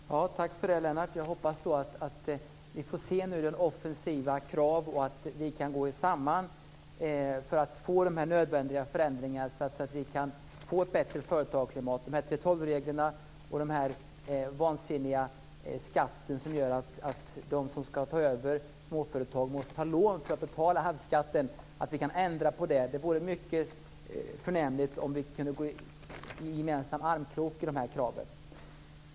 Fru talman! Tack för det, Lennart Beijer. Jag hoppas att vi får se offensiva krav och att vi kan gå samman för att få de nödvändiga förändringarna för att få ett bättre företagarklimat. Vi måste kunna ändra på 3:12-reglerna och den vansinniga skatten som gör att de som ska ta över småföretag måste ta lån för att kunna betala arvsskatten. Det vore mycket förnämligt om vi kunde gå gemensamt i armkrok för dessa krav.